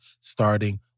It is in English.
starting